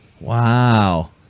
Wow